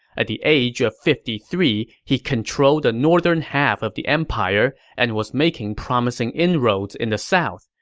at the age of fifty three, he controlled the northern half of the empire and was making promising inroads in the south.